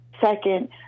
second